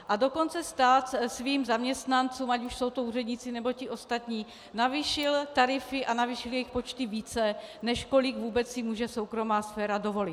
A dokonce stát svým zaměstnancům, ať už jsou to úředníci, nebo ti ostatní, navýšil tarify a navýšil jejich počty více, než kolik vůbec si může soukromá sféra dovolit.